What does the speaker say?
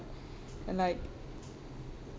and like